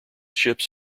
ships